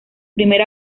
primer